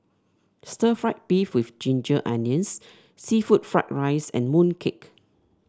stir fry beef with Ginger Onions seafood Fried Rice and mooncake